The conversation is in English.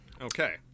Okay